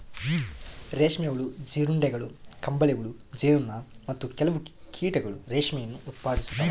ರೇಷ್ಮೆ ಹುಳು, ಜೀರುಂಡೆಗಳು, ಕಂಬಳಿಹುಳು, ಜೇನು ನೊಣ, ಮತ್ತು ಕೆಲವು ಕೀಟಗಳು ರೇಷ್ಮೆಯನ್ನು ಉತ್ಪಾದಿಸ್ತವ